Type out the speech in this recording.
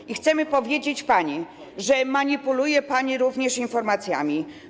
I chcemy powiedzieć pani, że manipuluje pani również informacjami.